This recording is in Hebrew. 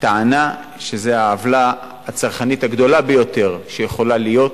טענה שזאת העוולה הצרכנית הגדולה ביותר שיכולה להיות,